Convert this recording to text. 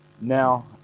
Now